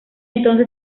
entonces